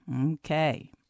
Okay